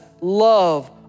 love